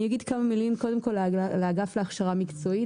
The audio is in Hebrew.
אני אגיד כמה מילים קודם על האגף להכשרה מקצועית,